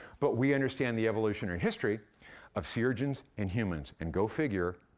but we understand the evolutionary history of sea urchins and humans. and go figure,